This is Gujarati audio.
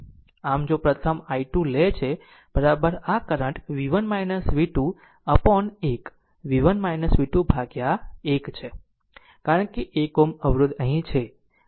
આમ જો પ્રથમ i2 i2 લે છે આ current v1 v2 upon 1 v1 v2 ભાગ્યા એક છે કારણ કે એક Ω અવરોધ અહીં છે